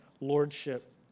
lordship